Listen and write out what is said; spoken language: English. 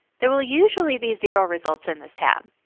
there will usually be zero results in this tab,